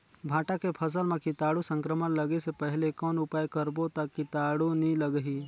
भांटा के फसल मां कीटाणु संक्रमण लगे से पहले कौन उपाय करबो ता कीटाणु नी लगही?